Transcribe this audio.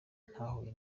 ntahuye